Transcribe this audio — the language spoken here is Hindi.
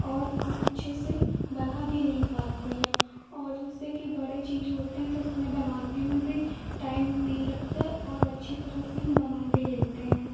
और हम अच्छे से बना भी नहीं पाते हैं और जैसे कि बड़े चित्र होते हैं तो उसमें बनाने में भी टाइम भी नहीं लगता और अच्छी तरह से हम बना भी लेते हैं